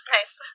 Nice